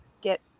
get